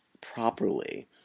properly